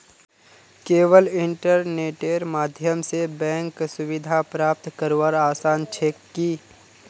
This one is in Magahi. केवल इन्टरनेटेर माध्यम स बैंक सुविधा प्राप्त करवार आसान छेक की